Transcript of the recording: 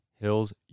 Hills